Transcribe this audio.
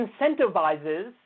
incentivizes